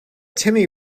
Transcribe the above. timmy